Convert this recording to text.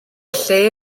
lle